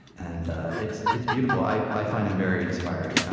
and it's it's beautiful. i i find him very inspiring.